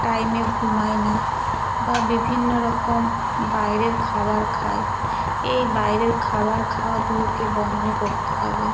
টাইমে ঘুমোয় না বা বিভিন্নরকম বাইরের খাবার খায় এই বাইরের খাবার খাওয়াগুলোকে বন্ধ করতে হবে